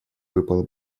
выпала